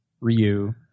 Ryu